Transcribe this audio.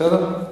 בסדר?